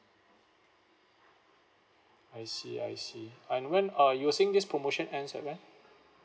I see I see and when uh you were saying this promotion ends at when